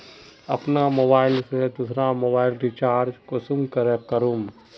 अपना मोबाईल से दुसरा मोबाईल रिचार्ज कुंसम करे करूम?